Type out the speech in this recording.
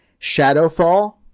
Shadowfall